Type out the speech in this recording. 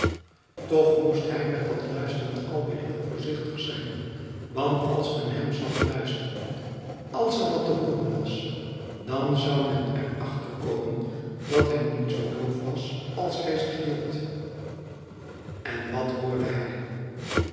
toch moest hij met dat luisteren alweer heel voorzichtig zijn want als men hem zag luisteren als er wat te hooren was dan zou men er achter komen dat hij niet zoo doof was als hij zich hield en wat hoorde hij